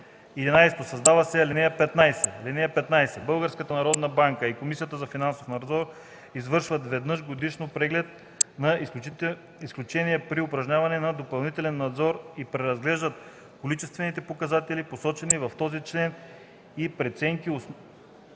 11. Създава се ал. 15: „(15) Българската народна банка и Комисията за финансов надзор извършват веднъж годишно преглед на изключенията при упражняване на допълнителен надзор и преразглеждат количествените показатели, посочени в този член, и преценките, основани